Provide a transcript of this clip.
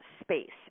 space